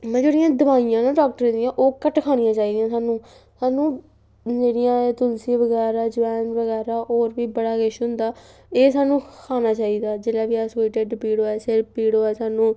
मतलब जेह्ड़ियां दोआइयां ना डाक्टरें दियां ओह् घट्ट खानियां चाहि दियां सानूं सानूं जेह्ड़ियां एह् तुलसी बगैरा जवैन बगैरा होर बी बड़ा किश होंदा एह् सानूं खाना चाहिदा जेल्लै बी अस कोई डिड्ड पीड़ होऐ सिर पीड़ होऐ सानूं